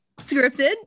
Scripted